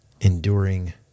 enduring